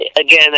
Again